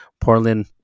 Portland